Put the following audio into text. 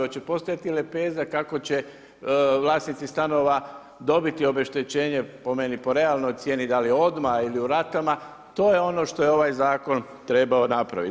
Hoće li postojati lepeza kako će vlasnici stanova dobiti obeštećenje, po meni, po realnoj cijeni, da li odmah ili u ratama, to je ono što je ovaj zakon trebao napraviti.